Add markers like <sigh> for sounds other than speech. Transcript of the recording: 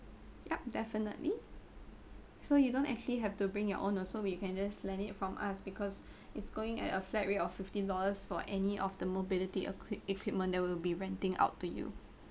yup definitely so you don't actually have to bring your own also we can just lend it from us because <breath> it's going at a flat rate of fifteen dollars for any of the mobility equip~ equipment that will be renting out to you